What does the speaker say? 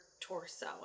torso